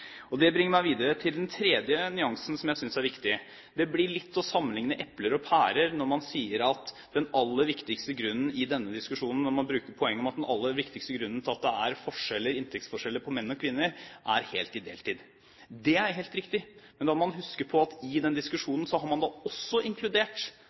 Det bringer meg videre til den tredje nyansen jeg synes er viktig. Det blir litt som å sammenlikne epler og pærer når man i denne diskusjonen bruker poenget med at den aller viktigste grunnen til at det er inntektsforskjeller mellom menn og kvinner, er heltid/deltid. Det er helt riktig, men da må man huske på at i den